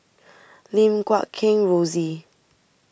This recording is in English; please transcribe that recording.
Lim Guat Kheng Rosie